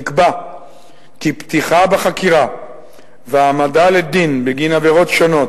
נקבע כי פתיחה בחקירה והעמדה לדין בגין עבירות שונות,